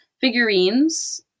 figurines